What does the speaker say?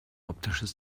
optisches